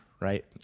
right